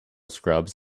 scrubs